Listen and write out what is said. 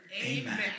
amen